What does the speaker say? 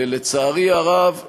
לצערי הרב,